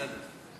זה בסדר.